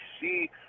see